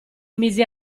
mise